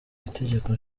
itegeko